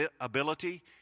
ability